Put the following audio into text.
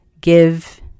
give